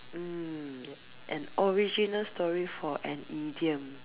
mm an original story for an idiom